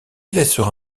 laissera